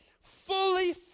fully